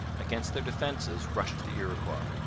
against their defences rushed the iroquois.